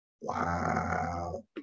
Wow